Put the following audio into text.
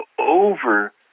over